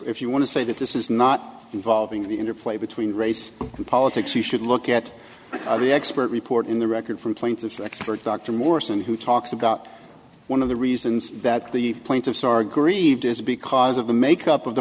if you want to say that this is not involving the interplay between race and politics you should look at the expert report in the record from plaintiffs like for dr morrison who talks about one of the reasons that the plaintiffs are grieved is because of the makeup of the